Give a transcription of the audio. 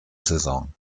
saison